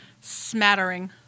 smattering